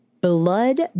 Blood